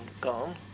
gone